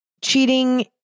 Cheating